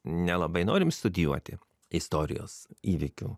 nelabai norim studijuoti istorijos įvykių